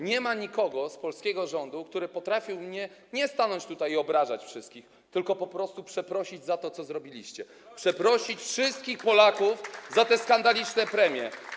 Nie ma nikogo z polskiego rządu, kto potrafiłby nie stanąć tutaj i obrażać wszystkich, tylko po prostu przeprosić za to, co zrobiliście, przeprosić wszystkich Polaków za te skandaliczne premie.